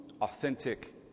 authentic